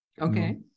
Okay